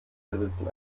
besitzen